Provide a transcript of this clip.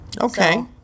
Okay